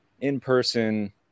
in-person